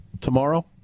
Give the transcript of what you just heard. Tomorrow